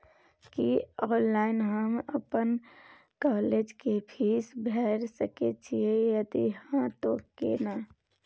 की online हम अपन college के फीस भैर सके छि यदि हाँ त केना?